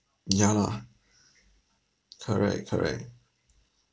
mm ya lah correct correct